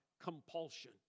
compulsion